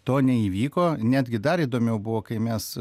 to neįvyko netgi dar įdomiau buvo kai mes